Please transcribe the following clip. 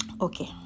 okay